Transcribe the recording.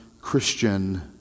Christian